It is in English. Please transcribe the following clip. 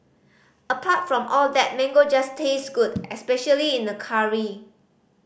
apart from all that mango just tastes good especially in a curry